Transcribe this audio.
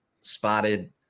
spotted